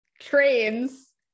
trains